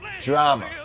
drama